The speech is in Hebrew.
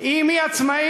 אם היא עצמאית?